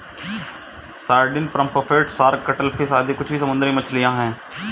sardine, pomfret, shark, cuttlefish आदि कुछ समुद्री मछलियाँ हैं